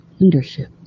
leadership